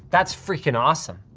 that's freaking awesome.